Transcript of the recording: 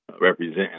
represent